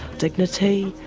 dignity.